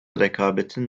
rekabetin